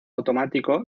automático